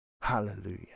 Hallelujah